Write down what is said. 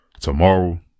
tomorrow